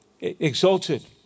exalted